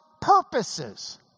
purposes